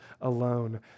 alone